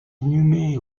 inhumé